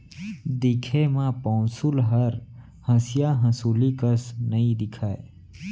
दिखे म पौंसुल हर हँसिया हँसुली कस नइ दिखय